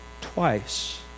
twice